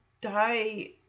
die